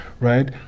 right